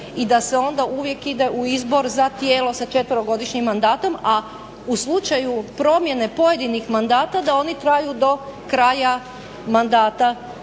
i da se onda uvijek ide u izbor za tijelo sa četverogodišnjim mandatom, a u slučaju promjene pojedinih mandata da oni traju do kraja mandata